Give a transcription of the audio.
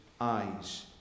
eyes